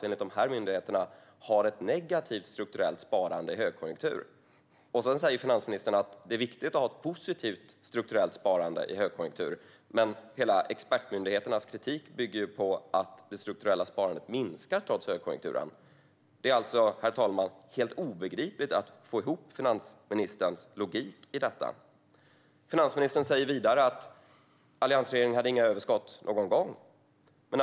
Enligt de här myndigheterna har finansministern ett negativt strukturellt sparande i högkonjunktur. Finansministern säger: Det är viktigt att ha ett positivt strukturellt sparande i högkonjunktur. Men hela expertmyndigheternas kritik bygger på att det strukturella sparandet minskar trots högkonjunkturen. Det är helt omöjligt att få ihop finansministerns logik i detta. Finansministern säger vidare att alliansregeringen inte hade några överskott någon gång.